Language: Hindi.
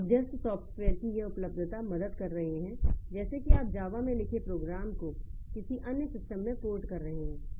तो मध्यस्थ सॉफ्टवेयर की यह उपलब्धता मदद कर रहे हैं जैसे कि आप जावा में लिखे प्रोग्राम को किसी अन्य सिस्टम में पोर्ट कर रहे हैं